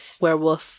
werewolf